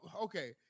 okay